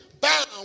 bound